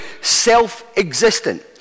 self-existent